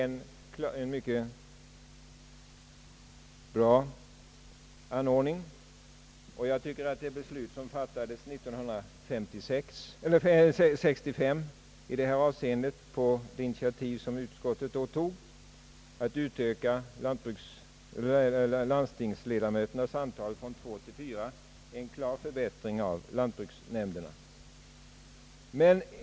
Det är en bra ordning. Det beslut som fattades år 1965 på utskottets initiativ för att utöka landstingsledamöternas antal från två till fyra innebär också en klar förbättring av lantbruksnämnderna.